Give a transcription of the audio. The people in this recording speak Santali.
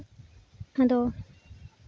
ᱟᱫᱚ